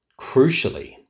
crucially